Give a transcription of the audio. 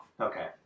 Okay